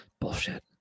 Bullshit